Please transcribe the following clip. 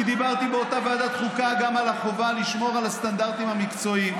כי דיברתי באותה ועדת החוקה גם על החובה לשמור על הסטנדרטים המקצועיים.